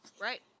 Right